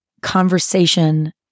conversation